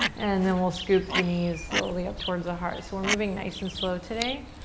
and then we'll scoop the knees slowly up towards the heart. so we're moving nice and slow today.